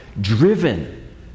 driven